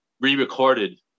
re-recorded